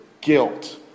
guilt